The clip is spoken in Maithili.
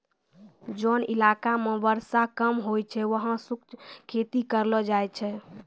जोन इलाका मॅ वर्षा कम होय छै वहाँ शुष्क खेती करलो जाय छै